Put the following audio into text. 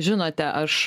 žinote aš